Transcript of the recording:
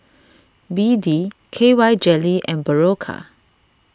B D K Y Jelly and Berocca